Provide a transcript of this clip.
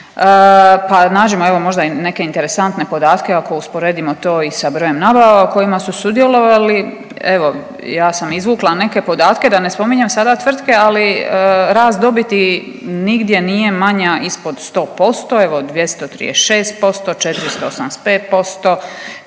nađimo možda i neke interesantne podatke, ako usporedimo to i sa brojem nabava u kojima su sudjelovali, evo, ja sam izvukla neke podatke, da ne spominjem sada tvrtke, ali rast dobiti nigdje nije manja ispod 100%, evo 236%, 485%,